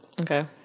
Okay